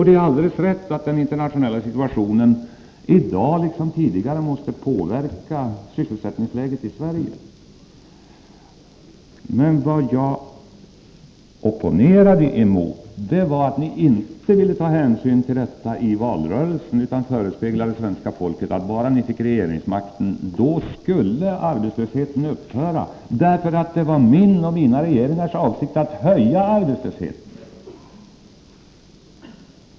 Det är alldeles rätt att den internationella situationen i dag liksom tidigare måste påverka sysselsättningsläget i Sverige. Men vad jag opponerade emot var att ni inte ville ta hänsyn till detta i valrörelsen utan förespeglade det svenska folket att bara ni fick regeringsmakten så skulle arbetslösheten upphöra, därför att det var min och mina regeringars avsikt att höja arbetslösheten.